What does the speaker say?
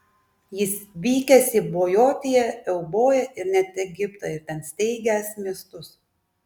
jis vykęs į bojotiją euboją net egiptą ir ten steigęs miestus